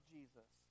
Jesus